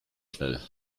schnell